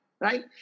right